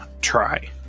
Try